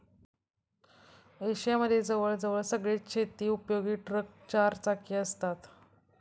Asia मध्ये जवळ जवळ सगळेच शेती उपयोगी ट्रक चार चाकी असतात